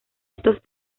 estos